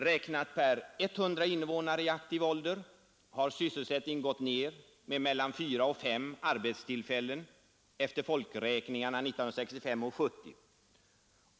Räknat per 100 invånare i aktiv ålder har sysselsättningen gått ner med mellan 4 och 5 arbetstillfällen efter folkräkningarna 1965 och 1970.